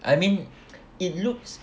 I mean it looks